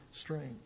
strength